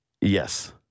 Yes